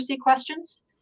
questions